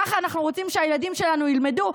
ככה אנחנו רוצים שהילדים שלנו ילמדו?